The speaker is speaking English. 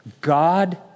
God